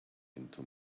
into